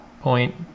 point